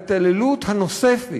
אנחנו מדברים על ההתעללות הנוספת,